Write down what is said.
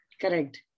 Correct